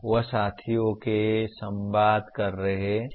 वह साथियों के साथ संवाद कर रहा है